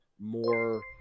more